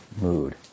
mood